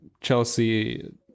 Chelsea